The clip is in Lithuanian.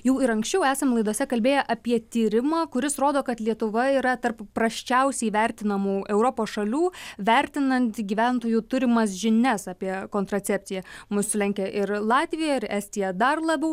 jau ir anksčiau esam laidose kalbėję apie tyrimą kuris rodo kad lietuva yra tarp prasčiausiai vertinamų europos šalių vertinant gyventojų turimas žinias apie kontracepciją mus lenkia ir latvija ir estija dar labiau